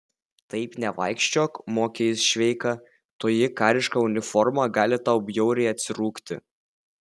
taip nevaikščiok mokė jis šveiką toji kariška uniforma gali tau bjauriai atsirūgti